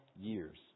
years